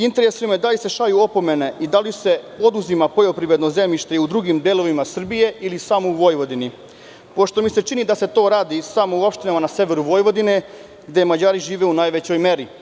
Interesuje me da li se šalju opomene i da li se oduzima poljoprivredno zemljište u drugim delovima Srbije ili samo u Vojvodini, pošto mi se čini da se to radi samo u opštinama na severu Vojvodine, gde Mađari žive u najvećoj meri?